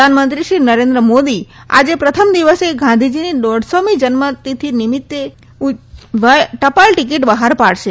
પ્રધાનમંત્રીશ્રી નરેન્દ્ર મોદી આજે પ્રથમ દિવસે ગાંધીજીની દોઢસોમી જન્મતિથિ ઉજવણી નિમિત્તે ટપાલટિકિટ બહાર પાડશે